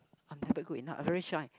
I never good enough I very shy